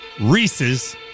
Reese's